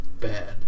Bad